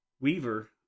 Weaver